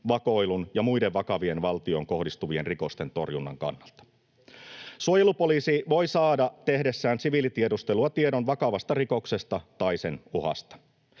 vakoilun ja muiden vakavien valtioon kohdistuvien rikosten torjunnan kannalta. Suojelupoliisi voi saada tehdessään siviilitiedustelua tiedon vakavasta rikoksesta tai sen uhasta.